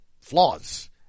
flaws